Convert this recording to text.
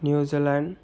New Zealand